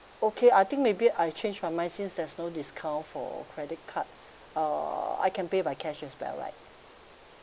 okay I think maybe I change my mind since there's no discount for credit card uh I can pay by cash as well right